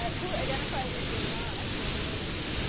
who identified if you're not, the remaining,